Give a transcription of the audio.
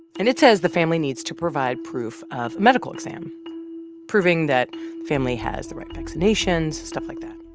and it says the family needs to provide proof of medical exam proving that family has the right vaccinations, stuff like that.